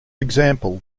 example